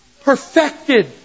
Perfected